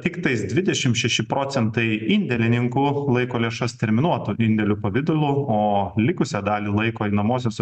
tiktais dvidešim šeši procentai indėlininkų laiko lėšas terminuotų indėlių pavidalu o likusią dalį laiko einamosiose